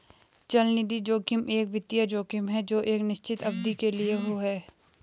चलनिधि जोखिम एक वित्तीय जोखिम है जो एक निश्चित अवधि के लिए है